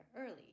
early